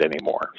anymore